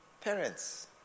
Parents